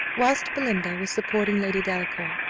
whilst belinda was supporting lady delacour,